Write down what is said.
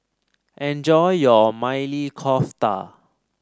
enjoy your Maili Kofta